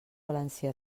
valencià